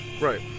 Right